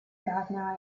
gardener